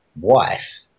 wife